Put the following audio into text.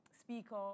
speaker